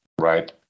right